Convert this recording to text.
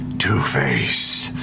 two-face,